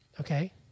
Okay